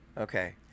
Okay